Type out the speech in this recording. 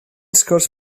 sgwrs